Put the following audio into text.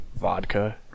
vodka